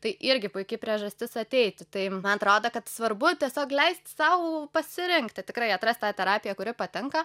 tai irgi puiki priežastis ateiti tai man atrodo kad svarbu tiesiog leisti sau pasirinkti tikrai atrast tą terapiją kuri patinka